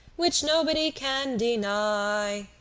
which nobody can deny.